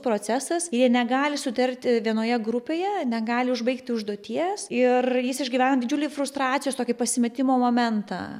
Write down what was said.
procesas jie negali sutarti vienoje grupėje negali užbaigti užduoties ir jis išgyvena didžiulį frustracijos tokį pasimetimo momentą